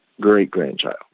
great-grandchild